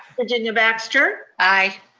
virginia baxter? aye.